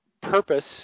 purpose